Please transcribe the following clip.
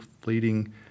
fleeting